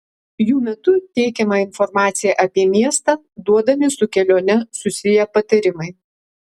jų metu teikiama informacija apie miestą duodami su kelione susiję patarimai